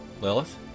Lilith